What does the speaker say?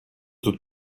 тут